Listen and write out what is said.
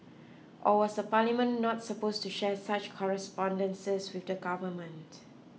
or was the Parliament not supposed to share such correspondences with the government